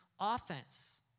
offense